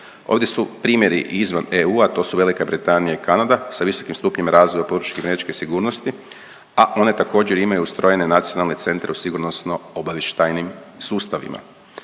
Ovdje su primjeri izvan EU-a, a to su Velika Britanija i Kanada sa visokim stupnjem razvoja …/Govornik se ne razumije./…kibernetičke sigurnosti, a one također imaju ustrojene nacionalne centre u sigurnosno-obavještajnim sustavima.